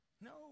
No